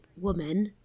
woman